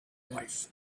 wife